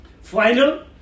final